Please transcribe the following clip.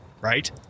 right